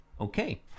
Okay